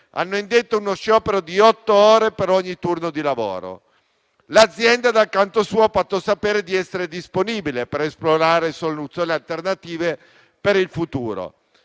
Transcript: hanno indetto uno sciopero di otto ore per ogni turno di lavoro. L'azienda, dal canto suo, ha fatto sapere di essere disponibile per esplorare soluzioni alternative per il futuro.